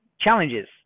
challenges